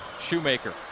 Shoemaker